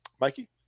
Mikey